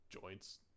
joints